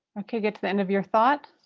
okay get to the end of your thought.